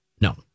No